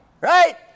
Right